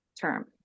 term